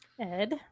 Ed